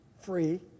free